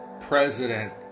president